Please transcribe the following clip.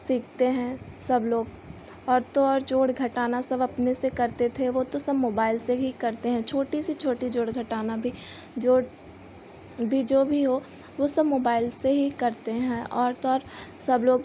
सीखते हैं सब लोग और तो और जोड़ घटाना सब अपने से करते थे वह तो सब मोबाइल से ही करते हैं छोटा सा छोटा जोड़ घटाना भी जोड़ भी जो भी हो वह सब मोबाइल से ही करते हैं और तो और सब लोग